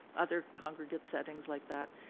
other congregate settings like that.